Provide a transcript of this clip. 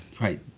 Right